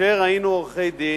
כאשר היינו עורכי-דין,